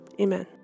Amen